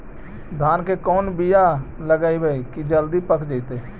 धान के कोन बियाह लगइबै की जल्दी पक जितै?